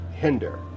hinder